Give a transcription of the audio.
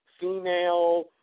female